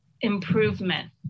improvement